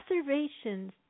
observations